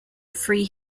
free